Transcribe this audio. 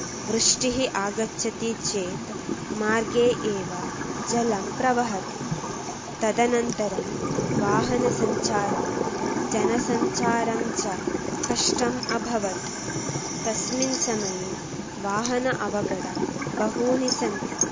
बृष्टिः आगच्छति चेत् मार्गे एव जलं प्रवहति तदनन्तरं वाहनसञ्चारं जनसञ्चारं च कष्टम् अभवत् तस्मिन् समये वाहन अवगडा बहूनि सन्ति